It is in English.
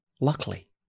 luckily